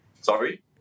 Sorry